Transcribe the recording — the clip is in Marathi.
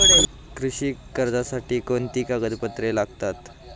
कृषी कर्जासाठी कोणती कागदपत्रे लागतात?